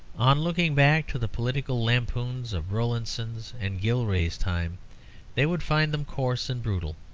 on looking back to the political lampoons of rowlandson's and gilray's time they would find them coarse and brutal.